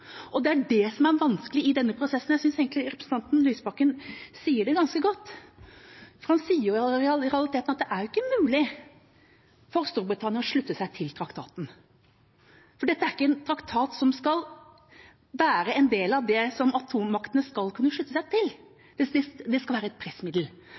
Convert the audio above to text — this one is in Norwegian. Og det er det som er vanskelig i denne prosessen. Jeg synes egentlig representanten Lysbakken sier det ganske godt, for han sier i realiteten at det ikke er mulig for Storbritannia å slutte seg til traktaten. For dette er ikke en traktat som skal være en del av det som atommaktene skal kunne slutte seg